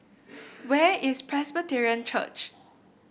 where is Presbyterian Church